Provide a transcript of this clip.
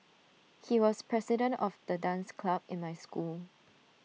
he was president of the dance club in my school